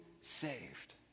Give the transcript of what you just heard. saved